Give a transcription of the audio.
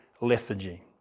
lethargy